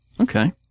Okay